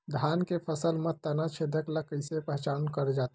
धान के फसल म तना छेदक ल कइसे पहचान करे जाथे?